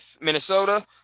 Minnesota